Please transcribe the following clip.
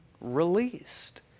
released